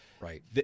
Right